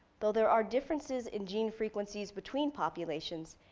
though there are differences in gene frequencies between populations,